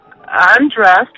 undressed